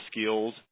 skills